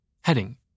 Heading